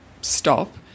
stop –